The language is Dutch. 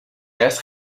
rest